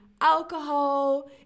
alcohol